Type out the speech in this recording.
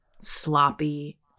sloppy